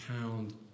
pound